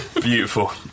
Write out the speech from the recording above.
beautiful